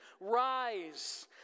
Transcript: Rise